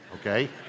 okay